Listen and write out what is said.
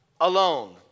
alone